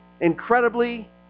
incredibly